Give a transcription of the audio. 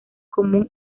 común